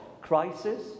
crisis